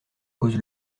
cause